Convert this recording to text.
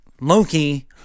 Loki